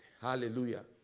hallelujah